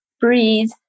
breathe